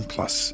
Plus